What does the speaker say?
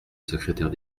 secrétaire